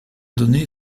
donné